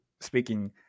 speaking